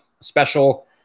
special